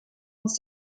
uns